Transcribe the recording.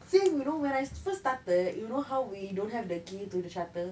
same you know when I first started you know how we don't have the key to the shutter